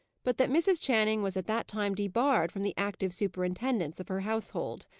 but that mrs. channing was at that time debarred from the active superintendence of her household.